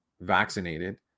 vaccinated